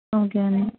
okay అండి